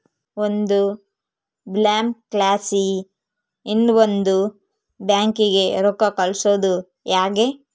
ಒಂದು ಬ್ಯಾಂಕ್ಲಾಸಿ ಇನವಂದ್ ಬ್ಯಾಂಕಿಗೆ ರೊಕ್ಕ ಕಳ್ಸೋದು ಯಂಗೆ